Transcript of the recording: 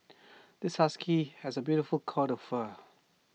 this husky has A beautiful coat fur